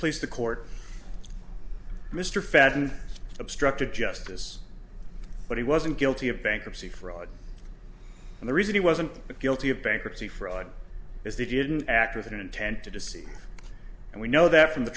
please the court mr fadden obstructed justice but he wasn't guilty of bankruptcy fraud and the reason he wasn't guilty of bankruptcy fraud is they didn't act with an intent to deceive and we know that from the